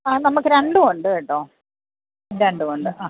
ആ നമുക്ക് രണ്ടും ഉണ്ട് കേട്ടോ രണ്ടും ഉണ്ട് ആ